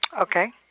Okay